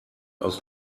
aus